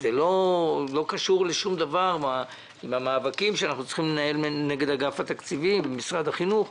לא קשור למאבקים שאנחנו צריכים לנהל נגד אגף התקציבים עם משרד החינוך.